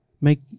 make